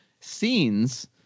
scenes